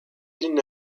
eaten